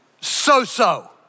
so-so